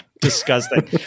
Disgusting